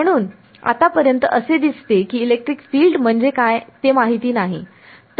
म्हणून आतापर्यंत असे दिसते की इलेक्ट्रिक फील्ड म्हणजे काय ते माहित नाही